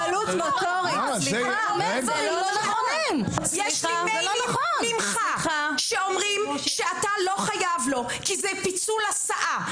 יש לי מיילים ממך שאומרים שאתה לא חייב לו כי זה פיצול הסעה.